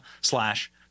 slash